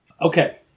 Okay